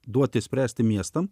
duoti spręsti miestams